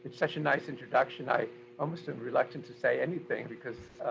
such a nice introduction, i almost am reluctant to say anything because